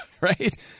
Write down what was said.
right